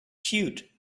cute